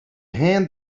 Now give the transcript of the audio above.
hand